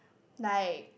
like